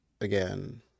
again